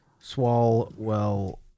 Swalwell